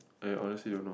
I honestly don't know